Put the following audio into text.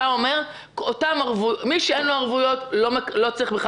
אתה אומר: מי שאין לו ערבויות לא צריך בכלל